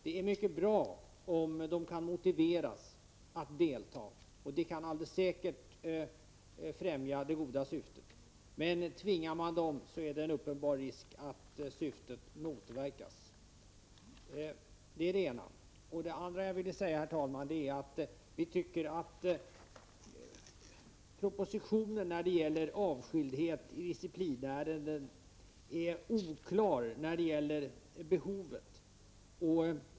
Det är mycket bra om de kan motiveras att delta, och det kan alldeles säkert främja det goda syftet, men om man tvingar dem är det en uppenbar risk att syftet motverkas. Det är det ena. Det andra jag ville säga, herr talman, är att vi tycker att propositionen i fråga om avskildhet i ett diciplinärende är oklar när det gäller behovet.